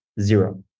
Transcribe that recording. zero